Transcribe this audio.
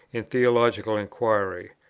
in theological inquiry.